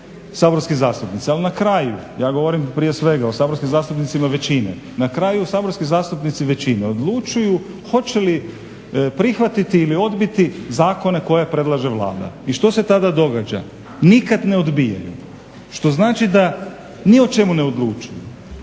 saborski zastupnici. Ali na kraju, ja govorim prije svega o saborskim zastupnicima većine, na kraju saborski zastupnici većine odlučuju hoće li prihvatiti ili odbiti zakone koje predlaže Vlada. I što se tada događa? Nikad ne odbijaju. Što znači da ni o čemu ne odlučuju.